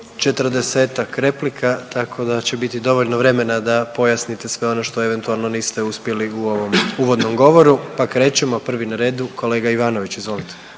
40-ak replika, tako da će biti dovoljno vremena da pojasnite sve ono što eventualno niste uspjeli u ovom uvodnom govoru, pa krećemo. Prvi na kolegu, kolega Ivanović, izvolite.